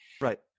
Right